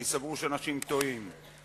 אני סבור שאנשים טועים.